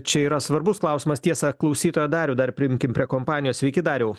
čia yra svarbus klausimas tiesa klausytoją darių dar priimkim prie kompanijos sveiki dariau